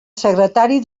secretari